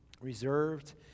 reserved